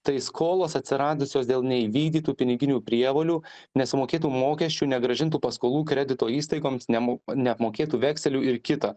tai skolos atsiradusios dėl neįvykdytų piniginių prievolių nesumokėtų mokesčių negrąžintų paskolų kredito įstaigoms nemu neapmokėtų vekselių ir kita